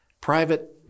private